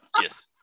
yes